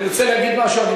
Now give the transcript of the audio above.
תרצה להגיד משהו?